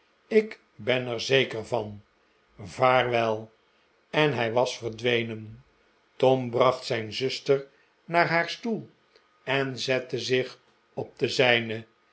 ik ben er zeker van vaarwel en hij was verdwenen tom bracht zijn zuster naar haar stoel en zette zich op den zijne